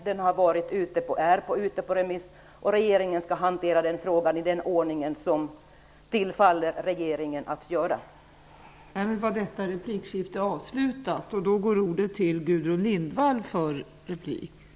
Det är nu ute på remiss, och regeringen skall hantera frågan i den ordning det tillfaller den att göra detta.